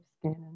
skin